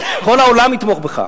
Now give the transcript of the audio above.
וכל העולם יתמוך בך.